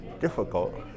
difficult